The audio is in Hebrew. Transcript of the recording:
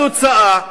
התוצאה: